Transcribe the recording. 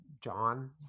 John